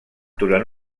durant